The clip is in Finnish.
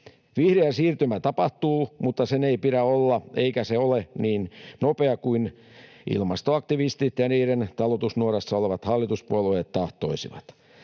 Vihreä siirtymä tapahtuu, mutta sen ei pidä olla eikä se ole niin nopea kuin ilmastoaktivistit ja heidän talutusnuorassaan olevat hallituspuolueet tahtoisivat.